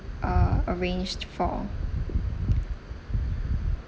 uh arranged for